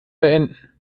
beenden